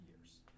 years